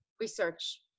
research